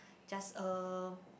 just uh